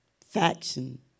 Faction